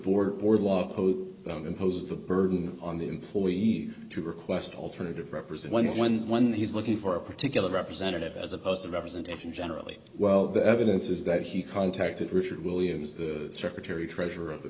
law imposes the burden on the employees to request alternative represent when one when he's looking for a particular representative as opposed to representation generally well the evidence is that he contacted richard williams the secretary treasurer of the